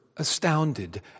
astounded